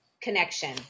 connection